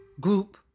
group